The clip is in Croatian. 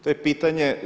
To je pitanje.